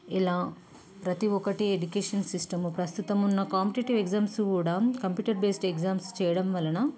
ఇలా ప్రతి ఒక్కటి ఎడ్యుకేషన్ సిస్టం ప్రస్తుతమున్న కాంపిటీటివ్ ఎగ్జామ్స్ కూడా కంప్యూటర్ బేస్డ్ ఎగ్జామ్స్ చెయ్యడం వలన